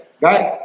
guys